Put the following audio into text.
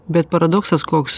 bet paradoksas koks